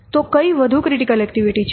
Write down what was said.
તો કઈ વધુ ક્રિટિકલ એક્ટિવિટી છે